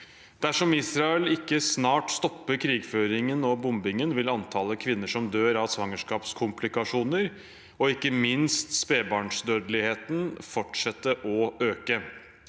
Dersom Israel ikke snart stopper krigføringen og bombingen vil antallet kvinner som dør av svangerskapskomplikasjoner, og ikke minst spedbarnsdødeligheten, fortsette å øke.